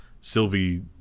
Sylvie